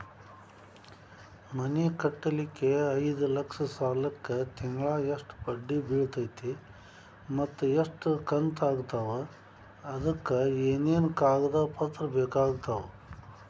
ಮನಿ ಕಟ್ಟಲಿಕ್ಕೆ ಐದ ಲಕ್ಷ ಸಾಲಕ್ಕ ತಿಂಗಳಾ ಎಷ್ಟ ಬಡ್ಡಿ ಬಿಳ್ತೈತಿ ಮತ್ತ ಎಷ್ಟ ಕಂತು ಆಗ್ತಾವ್ ಅದಕ ಏನೇನು ಕಾಗದ ಪತ್ರ ಬೇಕಾಗ್ತವು?